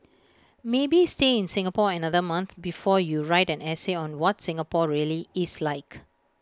maybe stay in Singapore another month before you write an essay on what Singapore really is like